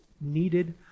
needed